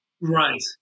Right